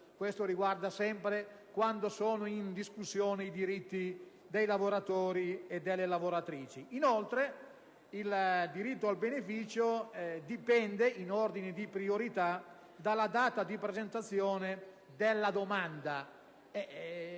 ciò accade sempre quando sono in discussione i diritti dei lavoratori e delle lavoratrici. Inoltre il diritto al beneficio dipende, in ordine di priorità, dalla data di presentazione della domanda;